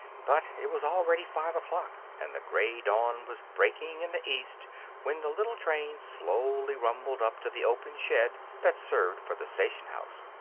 but it was already five o'clock and the gray dawn was breaking in the east when the little train slowly rumbled up to the open shed that served for the station-house.